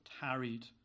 tarried